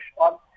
on